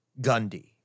Gundy